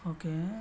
Okay